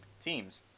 teams